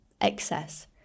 excess